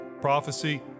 prophecy